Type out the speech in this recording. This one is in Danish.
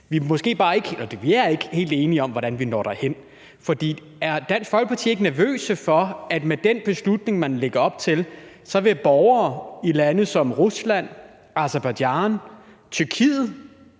vi er ikke – helt enige om, hvordan vi når derhen. For er Dansk Folkeparti ikke nervøse for, at med den beslutning, man lægger op til, så vil borgere i lande som Rusland, Aserbajdsjan, Tyrkiet